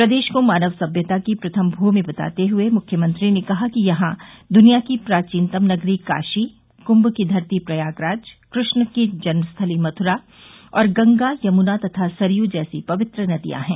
प्रदेश को मानव सभ्यता की प्रथम भूमि बताते हए मुख्यमंत्री ने कहा कि यहां दृनिया की प्राचीनतम नगरी काशी कृंभ की धरती प्रयागराज कृष्ण की जन्मस्थली मथुरा और गंगा यमुना तथा सरयू जैसी पवित्र नदियां है